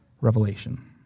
Revelation